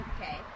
Okay